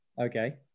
okay